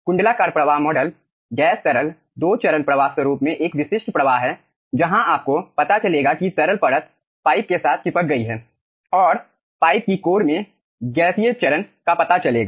कुंडलाकार प्रवाह model gas तरल दो चरण प्रवाह स्वरूप में एक विशिष्ट प्रवाह है जहां आपको पता चलेगा कि तरल परत पाइप के साथ चिपक गई है और पाइप के कोर में गैसीय चरण का पता चलेगा